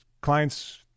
clients